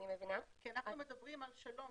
אנחנו מדברים על: "שלום,